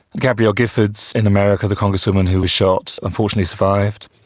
gabrielle giffords in america, the congresswoman who was shot and fortunately survived.